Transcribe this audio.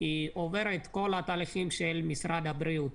עובר את כל התהליכים של משרד הבריאות,